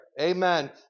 Amen